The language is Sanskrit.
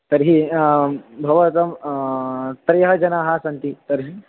तर्हि आं भवान् त्रयः जनाः सन्ति तर्हि